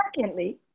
secondly